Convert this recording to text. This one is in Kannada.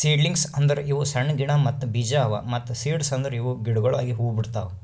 ಸೀಡ್ಲಿಂಗ್ಸ್ ಅಂದುರ್ ಇವು ಸಣ್ಣ ಗಿಡ ಮತ್ತ್ ಬೀಜ ಅವಾ ಮತ್ತ ಸೀಡ್ಸ್ ಅಂದುರ್ ಇವು ಗಿಡಗೊಳಾಗಿ ಹೂ ಬಿಡ್ತಾವ್